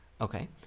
Okay